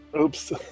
Oops